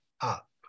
up